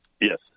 Yes